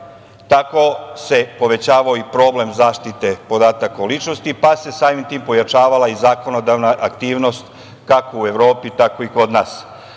tako se povećavao i problem zaštite podataka o ličnosti, pa se samim tim pojačavala i zakonodavna aktivnost kako u Evropi, tako i kod nas.